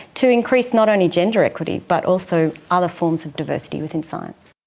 to increase not only gender equity but also other forms of diversity within science.